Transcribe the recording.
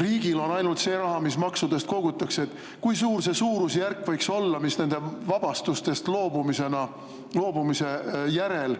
riigil on ainult see raha, mis maksudest kogutakse: kui suur see suurusjärk võiks olla, mis nendest vabastustest loobumise järel